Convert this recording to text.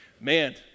Man